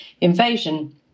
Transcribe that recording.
invasion